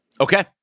Okay